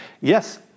Yes